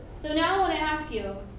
so now i want to ask you,